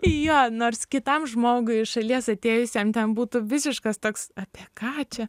jo nors kitam žmogui iš šalies atėjusiam ten būtų visiškas toks apie ką čia